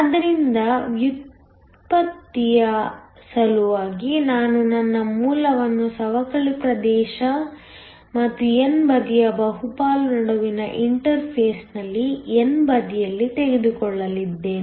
ಆದ್ದರಿಂದ ವ್ಯುತ್ಪತ್ತಿಯ ಸಲುವಾಗಿ ನಾನು ನನ್ನ ಮೂಲವನ್ನು ಸವಕಳಿ ಪ್ರದೇಶ ಮತ್ತು n ಬದಿಯ ಬಹುಪಾಲು ನಡುವಿನ ಇಂಟರ್ಫೇಸ್ನಲ್ಲಿ n ಬದಿಯಲ್ಲಿ ತೆಗೆದುಕೊಳ್ಳಲಿದ್ದೇನೆ